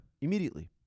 Immediately